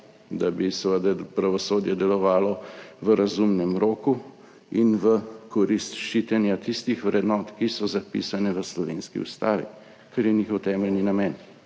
seveda pravosodje delovalo v razumnem roku in v korist ščitenja tistih vrednot, ki so zapisane v slovenski ustavi, kar je njihov temeljni namen.